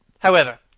however,